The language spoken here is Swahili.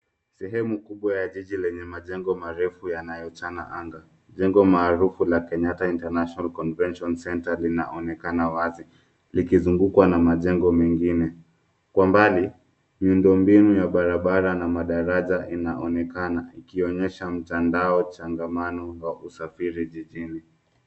Sehemu kubwa ya jiji lenye majengo marefu yanayochana anga. Jengo maarufu la Kenyatta International Convention Centre, linaonekana wazi lkiwa likuzungukwa na majengo mengine. Kwa mbali, miundombinu ya barabara na madaraja inaonekana ikionyesha mtandao changamano wa usafiri jijini.